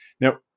Now